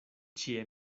ĉie